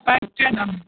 पहचानम